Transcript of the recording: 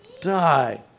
die